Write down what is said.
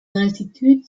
altitude